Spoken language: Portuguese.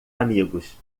amigos